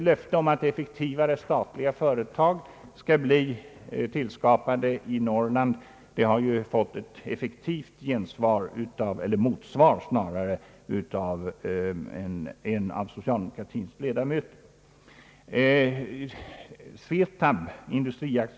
Löftet om effektivare statliga företag i Norrland har fått en effektfull replik av en av socialdemokratins företrädare i andra kammaren hr Hagnell.